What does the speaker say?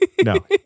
No